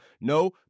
no